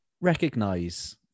recognize